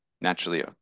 naturally